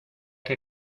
que